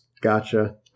Gotcha